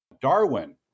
Darwin